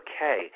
okay